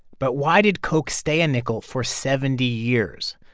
but why did coke stay a nickel for seventy years?